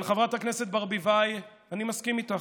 אבל חברת הכנסת ברביבאי, אני מסכים איתך.